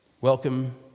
Welcome